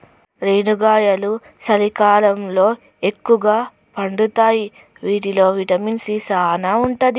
రేనుగాయలు సలికాలంలో ఎక్కుగా పండుతాయి వీటిల్లో విటమిన్ సీ సానా ఉంటది